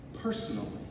Personally